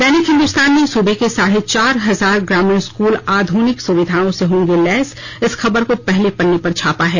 दैनिक हिन्दुस्तान ने सूबे के साढ़े चार हजार ग्रामीण स्कूल आधुनिक सुविधाओं से होंगे लैस इस खबर को पहले पन्ने पर छापा है